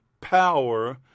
power